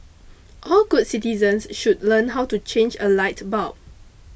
all good citizens should learn how to change a light bulb